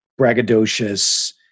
braggadocious